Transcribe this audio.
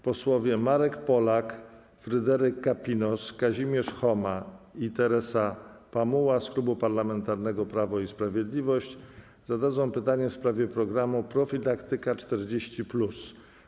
Posłowie Marek Polak, Fryderyk Kapinos, Kazimierz Choma i Teresa Pamuła z Klubu Parlamentarnego Prawo i Sprawiedliwość zadadzą pytanie w sprawie programu „Profilaktyka 40+”